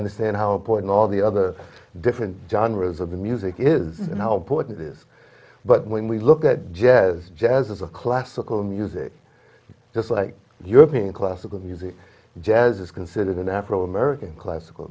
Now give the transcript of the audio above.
understand how important all the other different genres of the music is and how important is but when we look at jazz jazz as a classical music just like european classical music jazz is considered an afro american classical